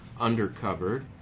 undercovered